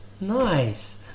Nice